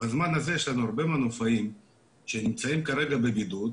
בזמן הזה יש לנו הרבה מנופאים שנמצאים כרגע בבידוד,